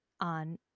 on